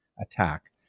attack